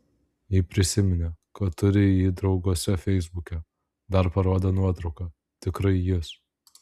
ji prisiminė kad turi jį drauguose feisbuke dar parodė nuotrauką tikrai jis